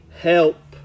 help